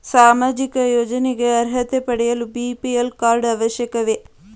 ಸಾಮಾಜಿಕ ಯೋಜನೆಗೆ ಅರ್ಹತೆ ಪಡೆಯಲು ಬಿ.ಪಿ.ಎಲ್ ಕಾರ್ಡ್ ಅವಶ್ಯಕವೇ?